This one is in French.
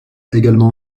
également